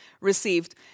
received